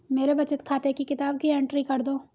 मेरे बचत खाते की किताब की एंट्री कर दो?